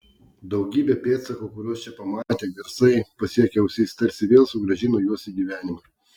daugybė pėdsakų kuriuos čia pamatė garsai pasiekę ausis tarsi vėl sugrąžino juos į gyvenimą